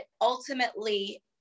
ultimately